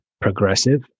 progressive